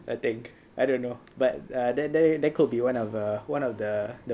I think I don't know but err that that could be one of the one of the the